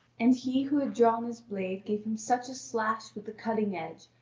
and he who had drawn his blade gave him such a slash with the cutting edge,